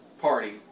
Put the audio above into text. party